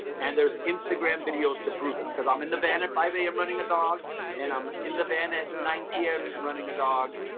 and there's instagram videos to prove it because i'm in the van, if i may, i'm running a dog and i'm in the van at nine p m, running a dog,